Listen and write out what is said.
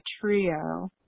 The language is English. trio